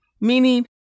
Meaning